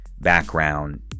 background